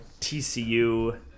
TCU